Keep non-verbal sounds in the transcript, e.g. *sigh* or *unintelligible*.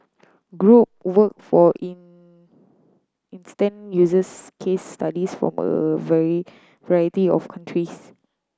group work for in instance uses case studies from a *unintelligible* variety of countries